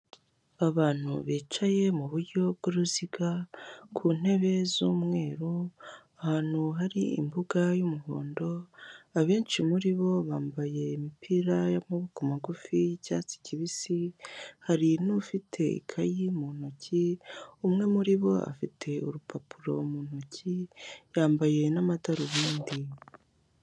Abantu bicaye muburyo bw'uruziga ku ntebe z'umweru ahantu hari imbuga y'umuhondo abenshi muri bo bambaye imipira y'amaboko magufi y'icyatsi kibisi hari n'ufite ikaye mu ntoki umwe muri bo afite urupapuro mu ntoki yambaye n'amadarubindi.